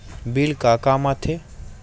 Bill का काम आ थे?